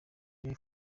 joe